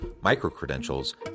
micro-credentials